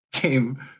game